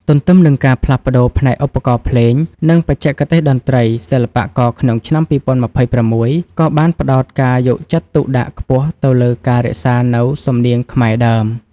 ទន្ទឹមនឹងការផ្លាស់ប្តូរផ្នែកឧបករណ៍ភ្លេង និងបច្ចេកទេសតន្ត្រី សិល្បករក្នុងឆ្នាំ ២០២៦ ក៏បានផ្ដោតការយកចិត្តទុកដាក់ខ្ពស់ទៅលើការរក្សានូវ សំនៀងខ្មែរដើម។